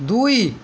ଦୁଇ